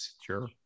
Sure